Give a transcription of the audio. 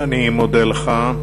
אני מודה לך.